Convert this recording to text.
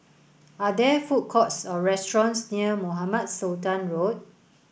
are there food courts or restaurants near Mohamed Sultan Road